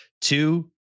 two